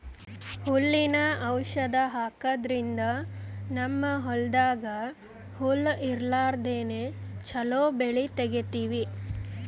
ಹುಲ್ಲಿನ್ ಔಷಧ್ ಹಾಕದ್ರಿಂದ್ ನಮ್ಮ್ ಹೊಲ್ದಾಗ್ ಹುಲ್ಲ್ ಇರ್ಲಾರ್ದೆ ಚೊಲೋ ಬೆಳಿ ತೆಗೀತೀವಿ